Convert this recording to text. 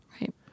Right